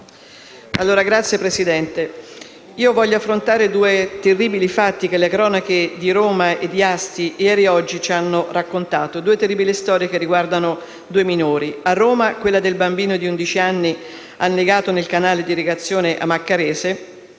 Signora Presidente, voglio affrontare due terribili fatti che le cronache di Roma e di Asti, ieri e oggi ci hanno raccontato. Due terribili storie che riguardano due minori; a Roma, quella del bambino di undici anni, annegato nel canale di irrigazione a Maccarese,